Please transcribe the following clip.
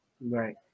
Right